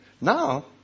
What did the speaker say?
Now